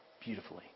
beautifully